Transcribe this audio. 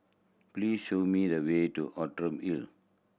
please show me the way to Outram Hill